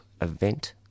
event